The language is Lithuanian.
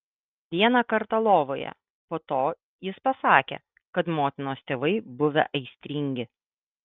vieną kartą lovoje po to jis pasakė kad motinos tėvai buvę aistringi